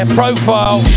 profile